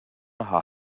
are